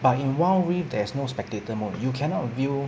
but in wild rift there's no spectator mode you cannot view